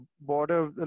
border